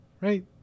Right